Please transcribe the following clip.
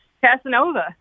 Casanova